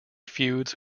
feuds